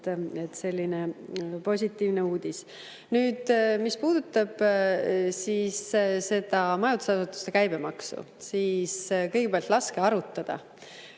selline positiivne uudis. Mis puudutab majutusasutuste käibemaksu, siis kõigepealt laske arutada,